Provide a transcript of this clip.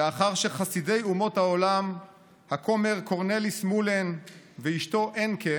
לאחר שחסידי אומות העולם הכומר קורנליס מולן ואשתו אנקה